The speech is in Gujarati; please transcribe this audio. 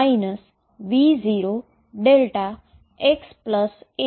આ કિસ્સામાં મારી પાસે x અક્સીસ છે